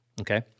Okay